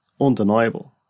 undeniable